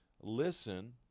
listen